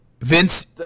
Vince